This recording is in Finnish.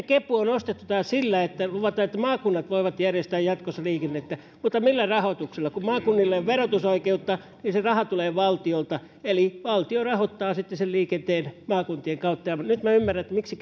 kepu on ostettu tähän sillä että luvataan että maakunnat voivat järjestää jatkossa liikennettä mutta millä rahoituksella kun maakunnilla ei ole verotusoikeutta se raha tulee valtiolta eli valtio rahoittaa sitten sen liikenteen maakuntien kautta ja nyt minä ymmärrän miksi